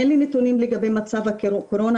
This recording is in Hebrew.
אין לי נתונים לגבי מצב הקורונה,